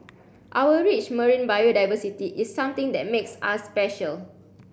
our rich marine biodiversity is something that makes us special